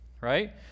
right